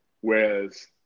Whereas